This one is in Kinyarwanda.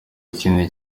kinini